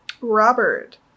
Robert